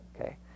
okay